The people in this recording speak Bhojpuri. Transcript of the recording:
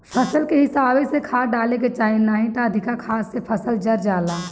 फसल के हिसाबे से खाद डाले के चाही नाही त अधिका खाद से फसल जर जाला